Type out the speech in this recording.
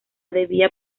debía